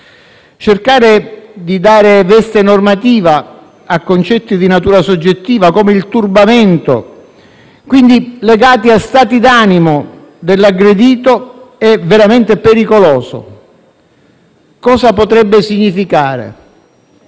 Cercare di dare veste normativa a concetti di natura soggettiva, come il turbamento, quindi legati a stati d'animo dell'aggredito, è veramente pericoloso. Cosa potrebbe significare?